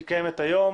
היא קיימת היום.